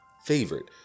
favorite